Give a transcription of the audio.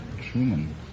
Truman